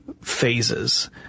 phases